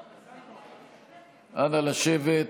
אנא, לשבת.